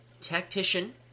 Tactician